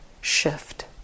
shift